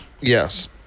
Yes